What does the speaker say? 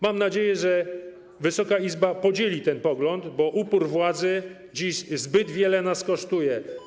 Mam nadzieję, że Wysoka Izba podzieli ten pogląd, bo upór władzy dziś zbyt wiele nas kosztuje.